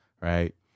right